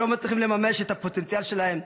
שלא מצליחים לממש את הפוטנציאל שלהם,